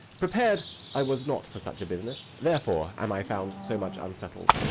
prepar'd i was not for such a business therefore am i found so much unsettled.